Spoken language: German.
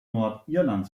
nordirland